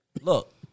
Look